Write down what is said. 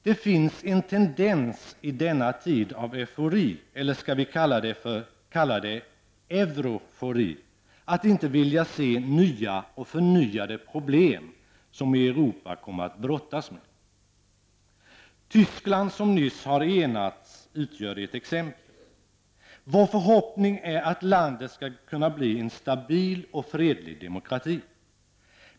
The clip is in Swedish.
Det finns en tendens i denna tid av eufori -- eller skall vi kalla det eurofori -- att inte vilja se nya och förnyade problem som Europa kommer att brottas med. Tyskland som nyss har enats utgör ett exempel. Vår förhoppning är att landet skall kunna bli en stabil och fredlig demokrati.